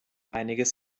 einiges